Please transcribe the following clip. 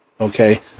Okay